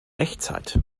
echtzeit